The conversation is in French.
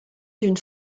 d’une